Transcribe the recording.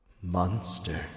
Monster